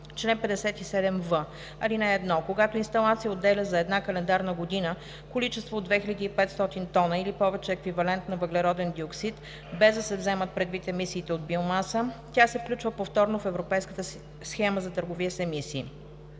Чл. 57в. (1) Когато инсталация отделя за една календарна година количество от 2500 тона или повече еквивалент на въглероден диоксид, без да се вземат предвид емисиите от биомаса, тя се включва повторно в ЕСТЕ. (2) При повторно включване